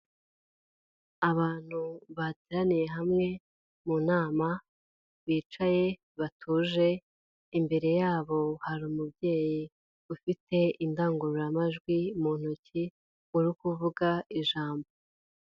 Abantu bateraniye hamwe mu nama bicaye batuje imbere yabo hari umubyeyi ufite indangururamajwi mu ntoki uri kuvuga ijambo.